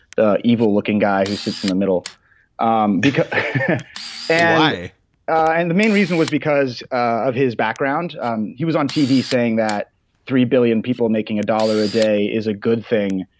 the evil looking guy who sits in the middle um and why? and the main reason was because of his background. um he was on tv saying that three billion people making a dollar a day is a good thing,